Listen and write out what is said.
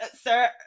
sir